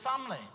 family